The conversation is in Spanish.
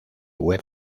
web